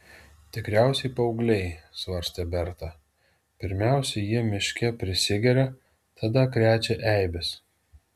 tikriausiai paaugliai svarstė berta pirmiausia jie miške prisigeria tada krečia eibes